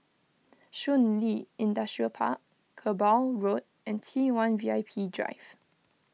Shun Li Industrial Park Kerbau Road and T one V I P Drive